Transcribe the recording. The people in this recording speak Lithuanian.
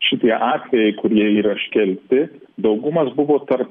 šitie atvejai kurie yra iškelti daugumas buvo tarp